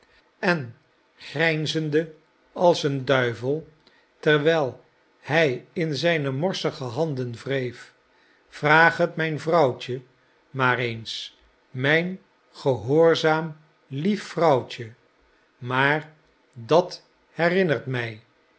en grijnzende als een duivel terwijl bij in zijne morsige handen wreef vraag het mijn vrouwtje maar eens mijn gehoorzaam lief vrouwtje maar dat herinnert mij